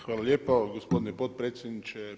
Hvala lijepo gospodine potpredsjedniče.